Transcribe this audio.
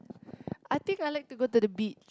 I think I like to go to the beach